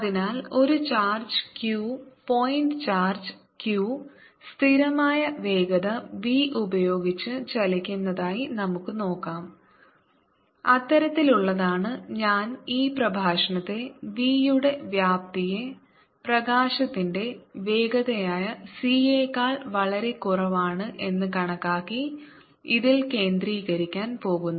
അതിനാൽ ഒരു charge q point charge q സ്ഥിരമായ വേഗത v ഉപയോഗിച്ച് ചലിക്കുന്നതായി നമുക്ക് നോക്കാം അത്തരത്തിലുള്ളതാണ് ഞാൻ ഈ പ്രഭാഷണത്തെ v യുടെ വ്യാപ്തിയെ പ്രകാശത്തിന്റെ വേഗതയായ c യേക്കാൾ വളരെ കുറവാണ് എന്ന് കണക്കാക്കി ഇതിൽ കേന്ദ്രീകരിക്കാൻ പോകുന്നു